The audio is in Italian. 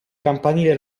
campanile